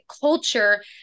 culture